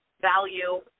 value